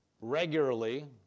Regularly